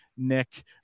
Nick